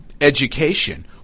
education